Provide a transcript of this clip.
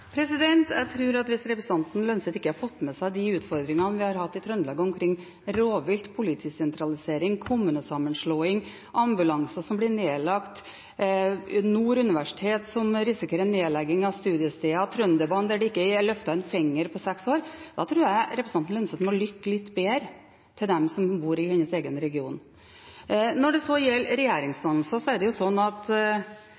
Hvis representanten Holm Lønseth ikke har fått med seg de endringene vi har hatt i Trøndelag omkring rovvilt, politisentralisering, kommunesammenslåing, ambulanser som blir nedlagt, Nord universitet, som risikerer en nedlegging av studiesteder og Trønderbanen, der det ikke er løftet en finger på seks år, tror jeg representanten Holm Lønseth må lytte litt bedre til dem som bor i hennes egen region. Når det så gjelder